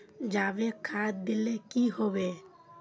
जाबे खाद दिले की होबे?